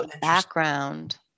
background